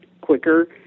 quicker